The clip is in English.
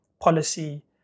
policy